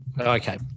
Okay